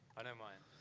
i know mine.